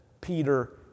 Peter